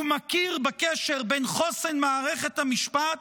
והוא מכיר בקשר בין חוסן מערכת המשפט